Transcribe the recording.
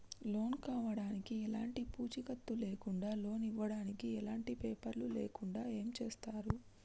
Loan కావడానికి ఎలాంటి పూచీకత్తు లేకుండా లోన్ ఇవ్వడానికి ఎలాంటి పేపర్లు లేకుండా ఏం చేస్తారు?